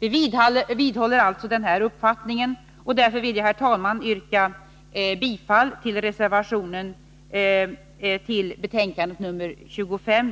Vi vidhåller alltså den här uppfattningen, och jag vill därför, herr talman, yrka bifall till reservation nr 2 i betänkandet nr 25,